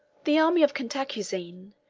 the army of cantacuzene,